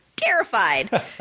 Terrified